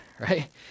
right